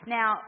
Now